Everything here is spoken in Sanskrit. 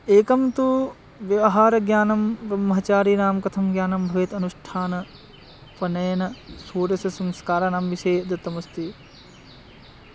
एकं तु व्यवहारज्ञानं ब्रह्महचारिणां कथं ज्ञानं भवेत् अनुष्ठानं पनेन सूर्यः स संस्काराणां विषये दत्तमस्ति